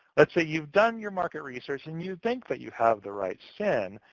let's say you've done your market research, and you think that you have the right sin,